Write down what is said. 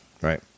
Right